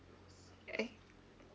eh